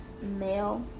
Male